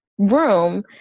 Room